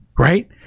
Right